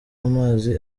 amazi